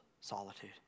solitude